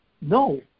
No